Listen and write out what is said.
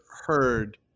heard